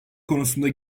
konusunda